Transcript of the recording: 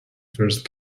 first